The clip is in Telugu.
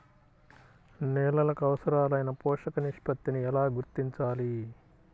నేలలకు అవసరాలైన పోషక నిష్పత్తిని ఎలా గుర్తించాలి?